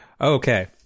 okay